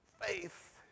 Faith